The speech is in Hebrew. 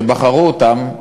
שבחרו אותם,